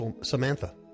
Samantha